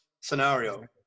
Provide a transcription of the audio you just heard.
scenario